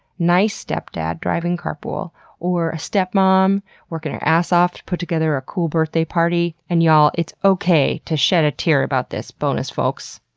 nice stepdad driving carpool or a stepmom um working her ass off to put together a cool birthday party, and y'all, it's okay to shed a tear about this, bonus folks.